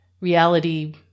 Reality